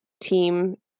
team